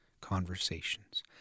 conversations